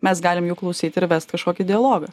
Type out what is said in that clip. mes galim jų klausyt ir vest kažkokį dialogą